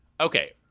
Okay